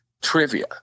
Trivia